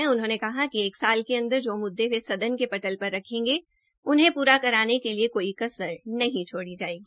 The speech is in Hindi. श्री शर्मा ने कहा कि एक साल के अंदर जो मुद्दे वे सदन के पटल पर रखेंगे उन्हें प्रा कराने के लिए कोई कसर नहीं छोड़ी जायेगी